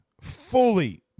fully